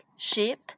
Ship